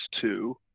two